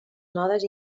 nodes